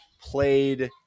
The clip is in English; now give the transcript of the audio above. played